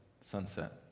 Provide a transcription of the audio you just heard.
sunset